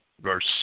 verse